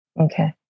Okay